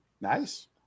Nice